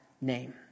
name